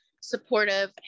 supportive